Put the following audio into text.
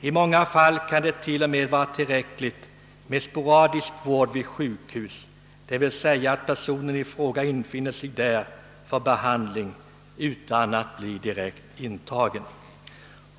I många fall kan till och med sporadisk vård vid sjukhus vara tillräcklig, d.v.s. att personen i fråga infinner sig för behandling utan att bli direkt intagen.